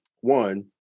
One